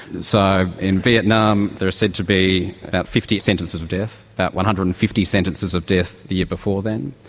so in vietnam there are said to be about fifty sentences of death, about one hundred and fifty sentences of death the year before then.